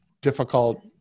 difficult